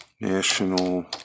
National